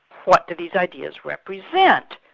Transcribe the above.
what do these ideas represent.